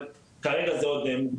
אבל כרגע זה עוד מוקדם,